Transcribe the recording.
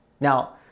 Now